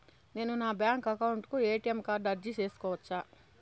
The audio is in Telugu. నేను నా బ్యాంకు అకౌంట్ కు ఎ.టి.ఎం కార్డు అర్జీ సేసుకోవచ్చా?